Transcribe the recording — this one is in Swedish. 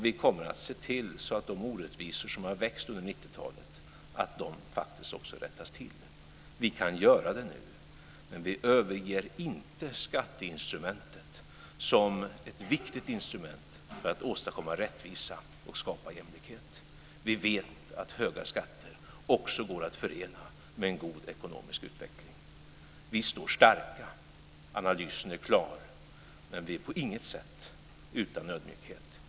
Vi kommer att se till att de orättvisor som har växt under 90-talet faktiskt också rättas till. Vi kan göra det nu. Men vi överger inte skatteinstrumentet som ett viktigt instrument för att åstadkomma rättvisa och skapa jämlikhet. Vi vet att höga skatter också går att förena med en god ekonomisk utveckling. Vi står starka. Analysen är klar. Men vi är på inget sätt utan ödmjukhet.